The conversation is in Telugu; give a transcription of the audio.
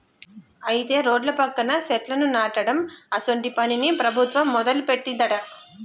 అయితే రోడ్ల పక్కన సెట్లను నాటడం అసోంటి పనిని ప్రభుత్వం మొదలుపెట్టిందట